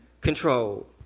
control